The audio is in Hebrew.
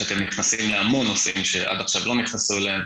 שאתם נכנסים להמון נושאים שעד עכשיו לא נכנסו אליהם.